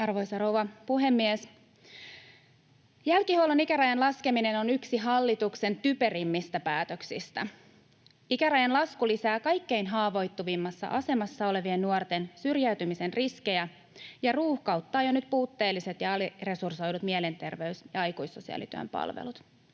Arvoisa rouva puhemies! Jälkihuollon ikärajan laskeminen on yksi hallituksen typerimmistä päätöksistä. Ikärajan lasku lisää kaikkein haavoittuvimmassa asemassa olevien nuorten syrjäytymisen riskejä ja ruuhkauttaa jo nyt puutteelliset ja aliresursoidut mielenterveys- ja aikuissosiaalityön palvelut.